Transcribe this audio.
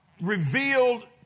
revealed